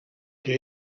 que